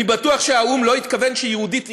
ואני בטוח שהאו"ם לא התכוון שיהודית,